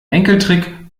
enkeltrick